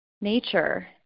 nature